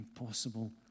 impossible